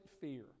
fear